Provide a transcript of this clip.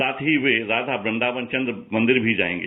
साथ ही वे राष्टा कृन्दावन चंद्र मंदिर भी जाएंगे